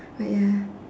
but ya